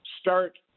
start